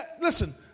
Listen